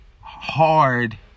hard